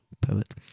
poet